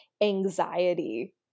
anxiety